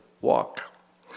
walk